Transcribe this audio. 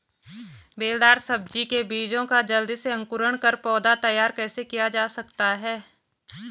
बेलदार सब्जी के बीजों का जल्दी से अंकुरण कर पौधा तैयार कैसे किया जा सकता है?